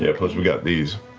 ah plus we got these.